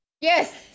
Yes